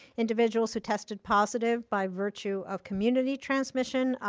individuals who tested positive by virtue of community transmission,